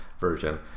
version